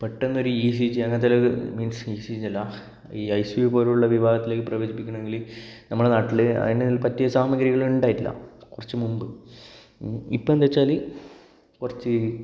പെട്ടെന്നൊരു E C G അങ്ങനത്തെ അല്ലേൽ മീൻസ് ഇ സി ജി അല്ല ഈ ഐ സി യു വിഭാഗത്തിലേക്ക് പ്രവേശിപ്പിക്കണമെങ്കില് നമ്മളുടെ നാട്ടില് അതിന് പറ്റിയ സാമഗ്രികള് ഉണ്ടായിട്ടില്ല കുറച്ച് മുമ്പ് ഇപ്പോൾ എന്താന്ന് വെച്ചാല് കുറച്ച്